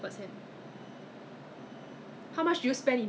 I've I've toner also have toner then they also bought